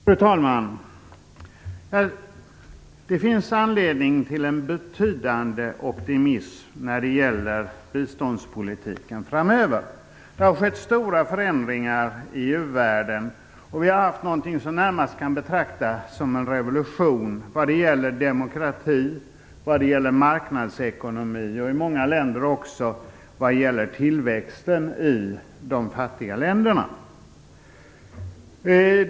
Fru talman! Det finns anledning till en betydande optimism när det gäller biståndspolitiken framöver. Det har skett stora förändringar i u-världen. Vi har haft någonting som närmast kan betraktas som en revolution vad gäller demokrati och marknadsekonomi och också vad gäller tillväxten i många av de fattiga länderna.